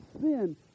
sin